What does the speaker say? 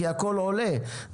כי הכול עולה,